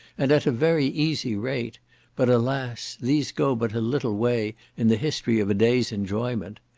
and at a very easy rate but, alas! these go but a little way in the history of a day's enjoyment.